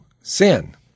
sin